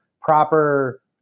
proper